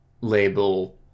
label